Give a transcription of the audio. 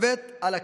הכתובת על הקיר.